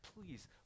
Please